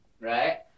right